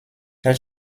elle